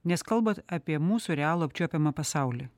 nes kalbat apie mūsų realų apčiuopiamą pasaulį